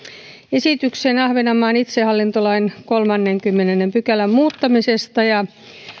esityksen ahvenanmaan itsehallintolain kolmannenkymmenennen pykälän muuttamisesta ja